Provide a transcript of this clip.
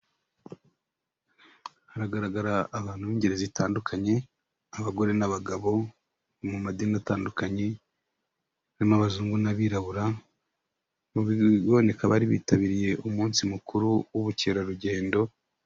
Haragaragara abantu b'ingeri zitandukanye, abagore n'abagabo mu madini atandukanye, harimo abazungu n'abirabura. Mu biboneka bari bitabiriye umunsi mukuru w'ubukerarugendo.